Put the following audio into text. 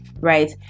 right